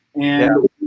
and-